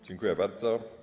Dziękuję bardzo.